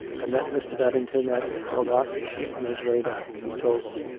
i met mr. babington at froggatt on his way back. he told me.